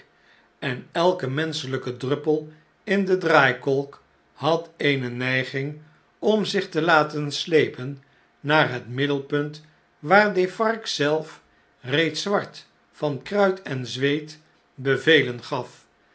en elke menscheiyke druppel in de draaikolk had eene neiging om zich te laten slepen naar het middelpunt waar defarge zelf reeds zwart van kruit en zweet bevelen gaf